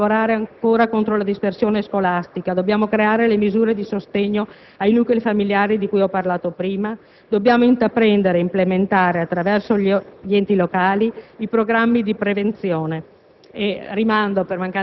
Ancora, dobbiamo lavorare contro la dispersione scolastica, dobbiamo creare le misure di sostegno ai nuclei familiari di cui ho parlato prima. Dobbiamo altresì intraprendere ed implementare, attraverso gli enti locali, i programmi di prevenzione.